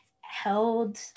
held